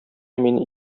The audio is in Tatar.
мин